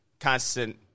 Constant